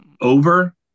Over